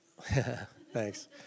thanks